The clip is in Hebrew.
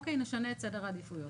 אוקיי, נשנה את סדר העדיפויות.